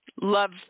love